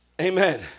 Amen